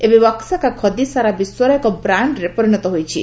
ଏବେ ୱାକସାକା ଖଦୀ ସାରା ବିଶ୍ୱର ଏକ ବ୍ରାଶ୍ଡରେ ପରିଣତ ହୋଇଚି